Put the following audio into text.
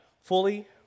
fully